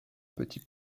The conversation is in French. petit